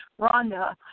Rhonda